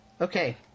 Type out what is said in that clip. Okay